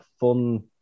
fun